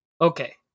Okay